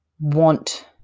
want